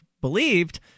believed